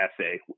essay